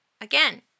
Again